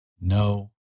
no